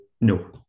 No